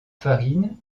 farine